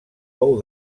fou